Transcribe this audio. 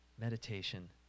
Meditation